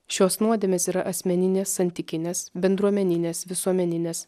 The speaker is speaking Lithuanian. šios nuodėmės yra asmeninė santykinės bendruomeninės visuomeninės